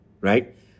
right